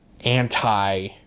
anti